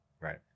Right